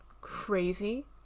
crazy